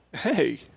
Hey